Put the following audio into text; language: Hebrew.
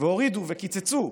והורידו וקיצצו.